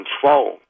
control